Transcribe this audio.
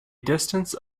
distance